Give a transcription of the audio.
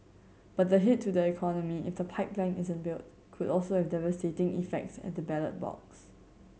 but the hit to the economy if the pipeline isn't built could also have devastating effects at the ballot box